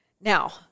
Now